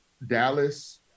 Dallas